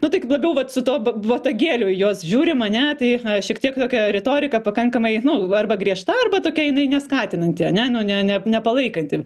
nu taik labiau vat su tuo va botagėliu į juos žiūrim ane tai šiek tiek tokia retorika pakankamai nu arba griežta arba tokia jinai neskatinanti ane nu ne ne nepalaikanti